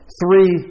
three